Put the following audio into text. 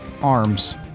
arms